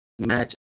match